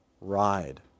ride